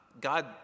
God